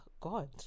god